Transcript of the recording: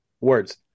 words